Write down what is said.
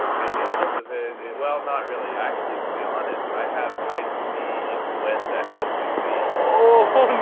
i did, it was a. well, not really actually to be honest i have type b influenza as we speak. ohhh,